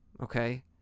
okay